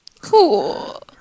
Cool